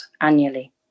annually